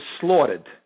slaughtered